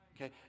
Okay